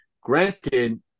Granted